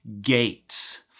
gates